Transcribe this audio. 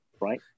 right